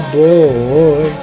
boy